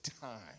time